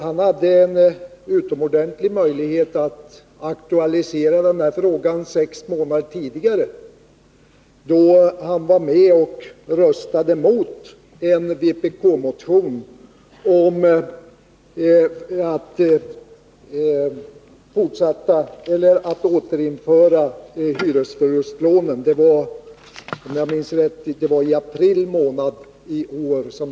Han hade ett utomordentligt tillfälle att aktualisera frågan sex månader tidigare, då han emellertid var med om att rösta mot en vpk-motion om att återinföra hyresförlustlånen. Det skedde, om jag minns rätt, i april månad i år.